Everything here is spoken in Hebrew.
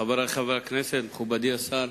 חברי חברי הכנסת, מכובדי השר,